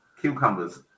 cucumbers